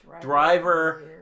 Driver